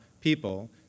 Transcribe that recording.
people